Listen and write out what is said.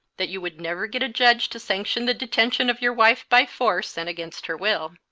that you would never get a judge to sanction the detention of your wife by force and against her will.